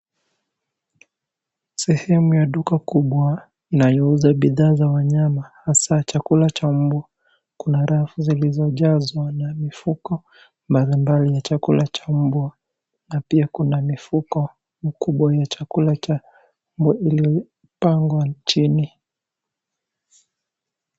Sehemu ya duka kubwa inayouza bidhaa za wanyama hasa chakula cha mbwa. Kuna rafu zilizojazwa na mifuko mbalimbali ya chakula cha mbwa na pia kuna mifuko mikubwa ya chakula cha mbwa iliyopangwa chini.